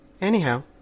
Anyhow